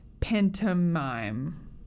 Pantomime